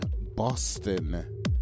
boston